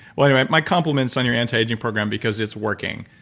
well, anyway, my compliments on your anti-aging program, because it's working